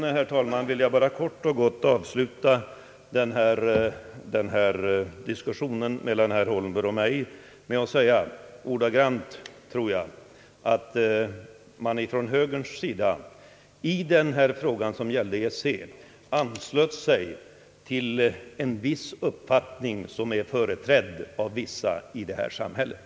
Sedan, herr talman, vill jag bara kort och gott avsluta denna diskussion mellan herr Holmberg och mig med att säga att man ifrån högerns sida, när det gäller EEC, anslöt sig till en »viss» uppfattning som är företrädd av »vissa» i det här samhället.